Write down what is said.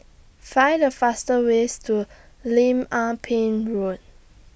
Find The fastest ways to Lim Ah Pin Road